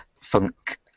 funk